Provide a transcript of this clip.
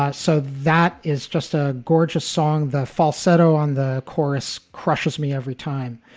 ah so that is just a gorgeous song. the falsetto on the chorus crushes me every time.